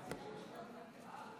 בבקשה.